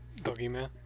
Boogeyman